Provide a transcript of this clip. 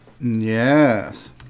Yes